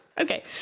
Okay